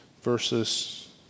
versus